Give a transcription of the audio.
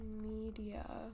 Media